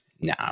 no